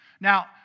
Now